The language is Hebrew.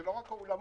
אלה לא רק האולמות.